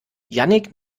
jannick